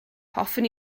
hoffwn